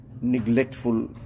neglectful